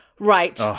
Right